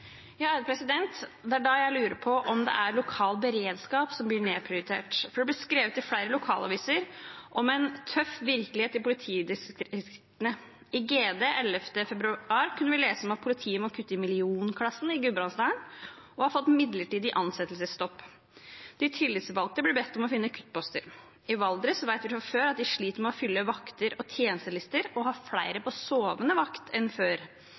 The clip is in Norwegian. Det er da jeg lurer på om det er lokal beredskap som blir nedprioritert. For det blir skrevet i flere lokalaviser om en tøff virkelighet i politidistriktene. I Gudbrandsdølen Dagningen 11. februar kunne vi lese at politiet må kutte i millionklassen i Gudbrandsdalen og har fått midlertidig ansettelsesstopp. De tillitsvalgte blir bedt om å finne kuttposter. I Valdres vet vi fra før at de sliter med å fylle vakter og tjenestelister og har flere på sovende vakt enn før.